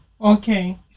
Okay